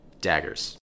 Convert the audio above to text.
Daggers